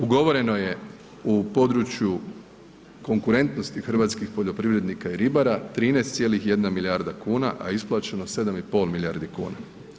Ugovoreno je u području konkurentnosti hrvatskih poljoprivrednika i ribara 13,1 milijardi kuna, a isplaćeno 7,5 milijardi kuna.